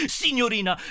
signorina